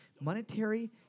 monetary